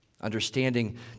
understanding